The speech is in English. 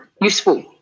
useful